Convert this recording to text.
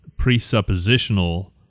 presuppositional